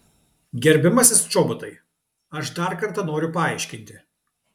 gerbiamasis čobotai aš dar kartą noriu paaiškinti